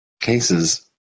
cases